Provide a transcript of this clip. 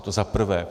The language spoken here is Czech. To za prvé.